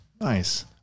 Nice